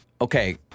okay